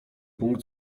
punkt